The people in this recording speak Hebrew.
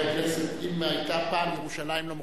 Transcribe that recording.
חבר הכנסת טיבי, היתה פעם ירושלים לא מחולקת.